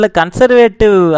conservative